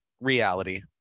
reality